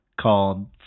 called